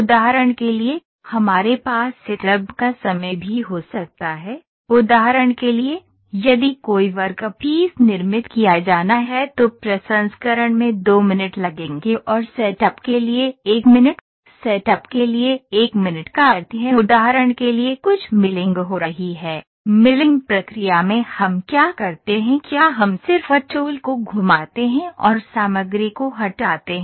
उदाहरण के लिए हमारे पास सेटअप का समय भी हो सकता है उदाहरण के लिए यदि कोई वर्कपीस निर्मित किया जाना है तो प्रसंस्करण में 2 मिनट लगेंगे और सेटअप के लिए 1 मिनट सेटअप के लिए 1 मिनट का अर्थ है उदाहरण के लिए कुछ मिलिंग हो रही है मिलिंग प्रक्रिया में हम क्या करते हैं क्या हम सिर्फ टूल को घुमाते हैं और सामग्री को हटाते हैं